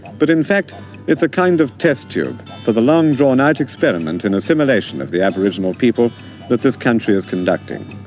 but in fact it's a kind of test tube for the long-drawn-out experiment in assimilation of the aboriginal people that this country is conducting.